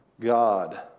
God